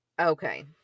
Okay